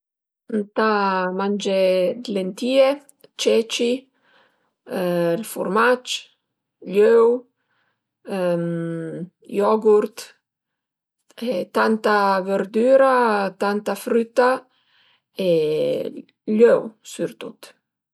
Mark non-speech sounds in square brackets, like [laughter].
Ëntà mangé 'd lentìe, ceci, furmac, gl'öu [hesitation] yogurt, tanta verdüra, tanta früta e gl'öu sürtut